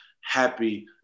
happy